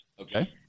Okay